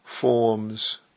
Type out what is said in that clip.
forms